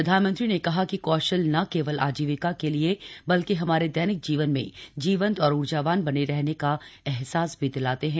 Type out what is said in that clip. प्रधानमंत्री ने कहा कि कौशल न केवल आजीविका के लिए बल्कि हमारे दैनिक जीवन में जीवंत और ऊर्जावान बने रहने का एहसास भी दिलाते हैं